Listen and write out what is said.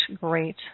great